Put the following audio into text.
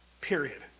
Period